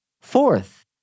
Fourth